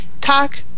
talk